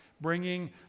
bringing